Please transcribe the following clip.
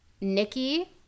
Nikki